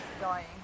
dying